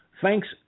thanks